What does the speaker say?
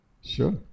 Sure